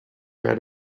read